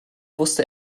wusste